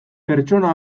pertsonak